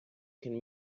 can